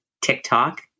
TikTok